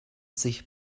sich